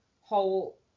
whole